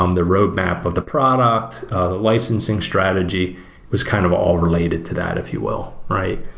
um the roadmap of the product, the licensing strategy was kind of all related to that if you will, right?